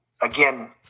again